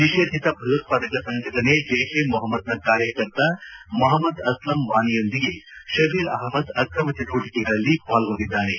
ನಿಷೇಧಿತ ಭಯೋತ್ವಾದಕ ಸಂಘಟನೆ ಜೈಷ್ ಎ ಮೊಹಮ್ಮದ್ನ ಕಾರ್ಯಕರ್ತ ಮಹಮ್ಮದ ಅಸ್ತಂ ವಾನಿಯೊಂದಿಗೆ ಶಬೀರ್ ಅಹ್ಮದ್ ಅಕ್ರಮ ಚಟುವಟಿಕೆಗಳಲ್ಲಿ ಪಾಲ್ಲೊಂಡಿದ್ದಾನೆ